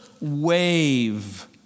wave